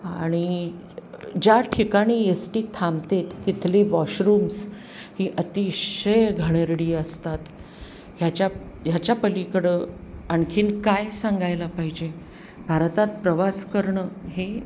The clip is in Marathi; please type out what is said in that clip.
आणि ज्या ठिकाणी येस टी थांबते तिथली वॉशरूम्स ही अतिशय घाणेरडी असतात ह्याच्या ह्याच्या पलीकडं आणखीन काय सांगायला पाहिजे भारतात प्रवास करणं हे